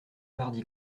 mardi